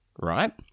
Right